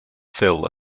fill